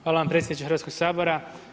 Hvala vam predsjedniče Hrvatskog sabora.